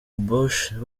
bush